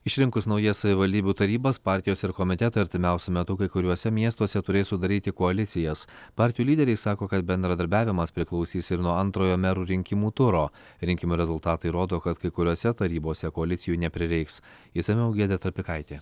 išrinkus naujas savivaldybių tarybas partijos ir komitetai artimiausiu metu kai kuriuose miestuose turės sudaryti koalicijas partijų lyderiai sako kad bendradarbiavimas priklausys ir nuo antrojo merų rinkimų turo rinkimų rezultatai rodo kad kai kuriose tarybose koalicijų neprireiks išsamiau giedrė trapikaitė